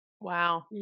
wow